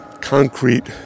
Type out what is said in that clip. concrete